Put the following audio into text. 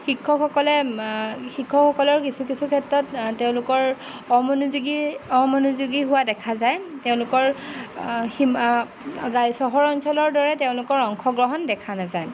শিক্ষকসকলে শিক্ষকসকলৰ কিছু কিছু ক্ষেত্ৰত তেওঁলোকৰ অমনোযোগী অমনোযোগী হোৱা দেখা যায় তেওঁলোকৰ সীমা গাই চহৰ অঞ্চলৰ দৰে তেওঁলোকৰ অংশগ্ৰহণ দেখা নাযায়